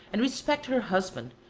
and respect her husband,